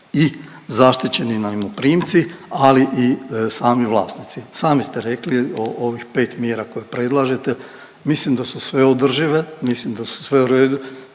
i zaštićeni najmoprimci, ali i sami vlasnici. Sami ste rekli ovih pet mjera koje predlažete mislim da su sve održive, mislim da su sve u redu.